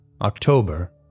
October